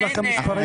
יש לכם נתונים?